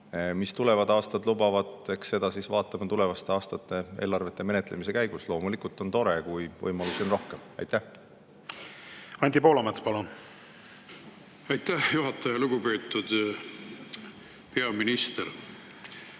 Mis tulevad aastad lubavad, eks seda siis vaatame tulevaste aastate eelarvete menetlemise käigus. Loomulikult on tore, kui võimalusi on rohkem. Anti Poolamets, palun! Anti Poolamets, palun! Aitäh, juhataja! Lugupeetud peaminister!